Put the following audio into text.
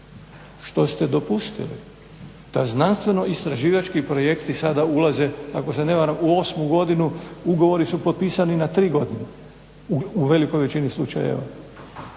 što ste dopustili da znanstveno istraživački projekti sada ulaze, ako se ne varam u 8. godinu, ugovori su potpisani na 3 godine u velikoj većini slučajeva.